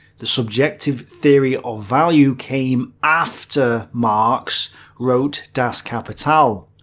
the subjective theory of value came after marx wrote das kapital.